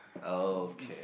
oh okay